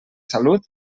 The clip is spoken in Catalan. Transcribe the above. salut